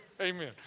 amen